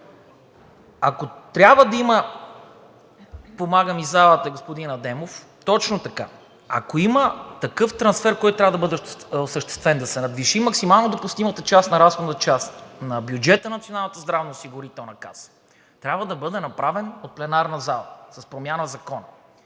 Ако трябва да има, помага ми залата, господин Адемов, точно така, такъв трансфер, който трябва да бъде осъществен, да се надвиши максимално допустимата част на разходна част на бюджета на Националната здравноосигурителна каса, трябва да бъде направен от пленарната зала с промяна в закона.